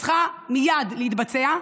צריכה מייד להתבצע,